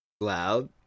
Loud